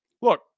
Look